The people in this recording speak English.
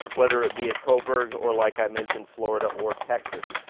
whether it be at coburg or like i mentioned, florida or texas.